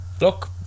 look